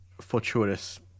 fortuitous